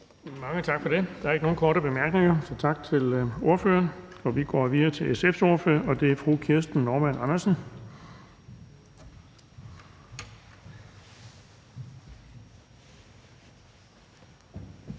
Mange tak for det. Der er ikke nogen korte bemærkninger. Tak til ordføreren. Vi går videre til SF's ordfører, og det er fru Kirsten Normann Andersen.